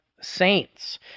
saints